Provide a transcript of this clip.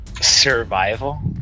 survival